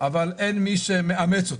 אבל אין מי שמאמץ אותן.